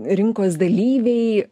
rinkos dalyviai